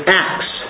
acts